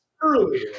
earlier